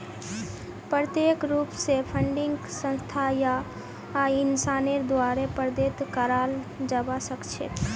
प्रत्यक्ष रूप स फंडिंगक संस्था या इंसानेर द्वारे प्रदत्त कराल जबा सख छेक